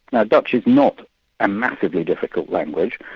now dutch is not a massively difficult language,